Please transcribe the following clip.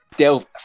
delve